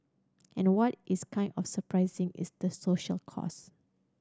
and what is kind of surprising is the social cost